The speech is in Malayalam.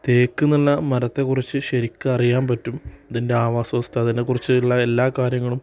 തേക്ക് എന്നു പറഞ്ഞാൽ മരത്തെക്കുറിച്ച് ശരിക്കറിയാൻ പറ്റും ഇതിന്റെ ആവാസവ്യവസ്ഥ അതിനെക്കുറിച്ച് ഉള്ള എല്ലാ കാര്യങ്ങളും